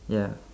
ya